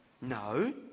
no